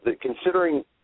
considering